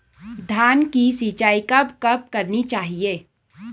धान की सिंचाईं कब कब करनी चाहिये?